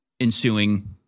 ensuing